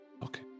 Okay